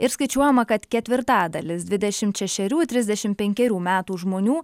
ir skaičiuojama kad ketvirtadalis dvidešimt šešerių trisdešim penkerių metų žmonių